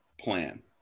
plan